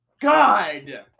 God